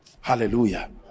Hallelujah